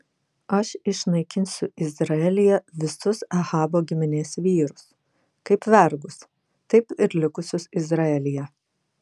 aš išnaikinsiu izraelyje visus ahabo giminės vyrus kaip vergus taip ir likusius izraelyje